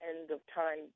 end-of-time